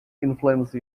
influence